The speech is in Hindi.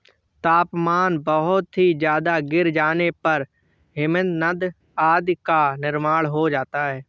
तापमान बहुत ही ज्यादा गिर जाने पर हिमनद आदि का निर्माण हो जाता है